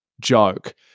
joke